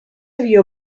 vio